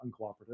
uncooperative